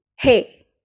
Hey